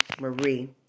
Marie